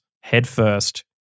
headfirst